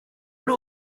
ari